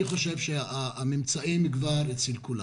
אני חושב שהממצאים כבר אצל כולם.